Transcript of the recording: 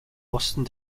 osten